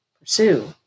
pursue